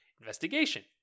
investigation